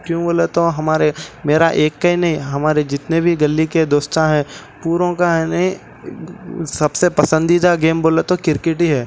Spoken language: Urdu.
کیوں بولے تو ہمارے میرا ایک کئی نہیں ہمارے جتنے بھی گلی کے دوست ہیں پوروں کا ہے نہیں سب سے پسندیدہ گیم بولے تو کرکٹ ہی ہے